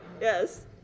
Yes